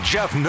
Jeff